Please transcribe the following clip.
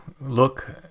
look